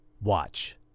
Watch